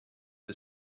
the